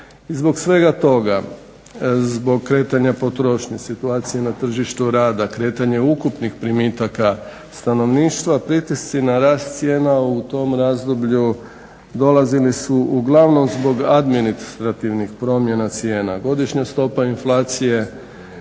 I zbog svega toga, zbog kretanja potrošnje, situacije na tržištu rada, kretanje ukupnih primitaka stanovništva pritisci na rast cijena u tom razdoblju dolazili su u glavnom zbog administrativnih promjena cijena. Godišnja stopa inflacije